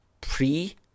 pre